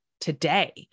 today